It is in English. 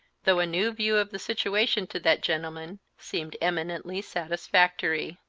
though a new view of the situation to that gentleman, seemed eminently satisfactory.